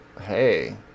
Hey